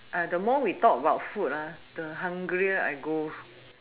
the more we talk about food the hungrier I go